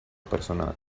personal